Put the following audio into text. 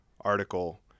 article